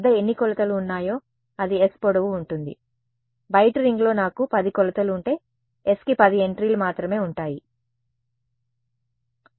నా వద్ద ఎన్ని కొలతలు ఉన్నాయో అది s పొడవు ఉంటుంది బయటి రింగ్లో నాకు 10 కొలతలు ఉంటే s కి 10 ఎంట్రీలు మాత్రమే ఉంటాయి